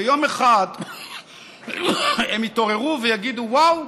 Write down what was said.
ויום אחד הם יתעוררו ויגידו: וואו,